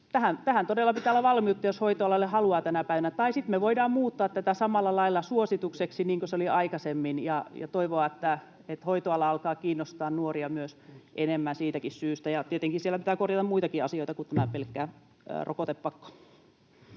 Tähän todella pitää olla valmiutta, jos hoitoalalle haluaa tänä päivänä, tai sitten me voimme muuttaa tätä samalla lailla suositukseksi, niin kuin se oli aikaisemmin, ja toivoa, että hoitoala alkaa kiinnostaa myös nuoria enemmän siitäkin syystä. Ja tietenkin siellä pitää korjata muitakin asioita kuin tämä pelkkä rokotepakko.